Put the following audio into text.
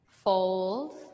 fold